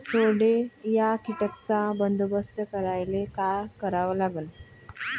सोंडे या कीटकांचा बंदोबस्त करायले का करावं लागीन?